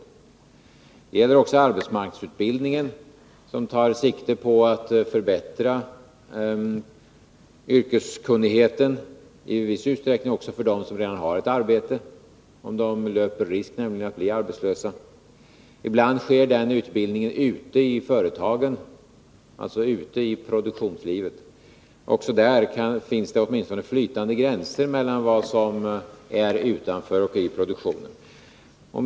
Vidare gäller det också arbetsmarknadsutbildningen, som tar sikte på att förbättra yrkeskunnigheten — i viss utsträckning också för dem som redan har ett arbete, nämligen för dem som löper risk att bli arbetslösa. Ibland sker den utbildningen ute i företagen, alltså ute i produktionslivet. Också där är det åtminstone flytande gränser mellan vad som är utanför och vad som är i produktionen.